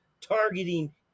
targeting